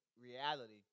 reality